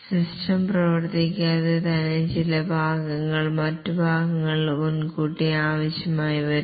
system പ്രവർത്തിക്കാതെ തന്നെ ചില ഭാഗങ്ങൾ മറ്റ് ഭാഗങ്ങൾക്ക് മുൻകൂട്ടി ആവശ്യമായി വരും